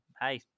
hey